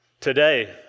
Today